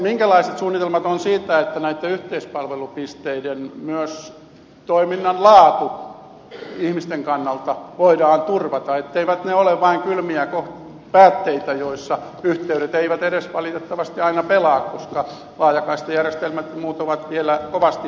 minkälaiset suunnitelmat on siitä että myös näitten yhteispalvelupisteiden toiminnan laatu ihmisten kannalta voidaan turvata etteivät ne ole vain kylmiä päätteitä joissa yhteydet eivät edes valitettavasti aina pelaa koska laajakaistajärjestelmät ja muut ovat vielä kovasti huonossa mallissa